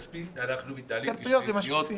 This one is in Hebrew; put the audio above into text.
לצורך הכספי אנחנו מתנהלים כשתי סיעות.